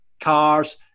cars